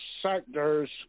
sectors